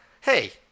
hey